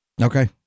Okay